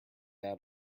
out